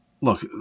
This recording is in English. look